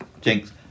Jinx